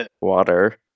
Water